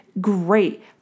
great